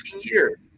year